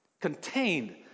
contained